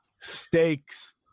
stakes